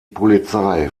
polizei